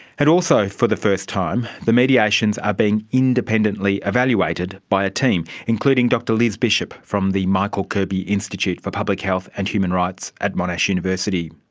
also for the first time, the mediations are being independently evaluated by a team, including dr liz bishop from the michael kirby institute for public health and human rights at monash university.